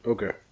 Okay